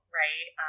right